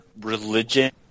religion